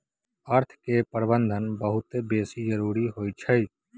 अर्थ के प्रबंधन बहुते बेशी जरूरी होइ छइ